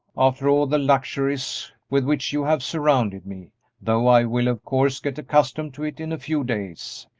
after all the luxuries with which you have surrounded me though i will, of course, get accustomed to it in a few days.